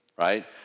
right